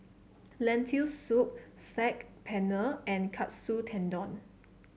Lentil Soup Saag Paneer and Katsu Tendon